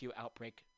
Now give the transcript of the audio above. Outbreak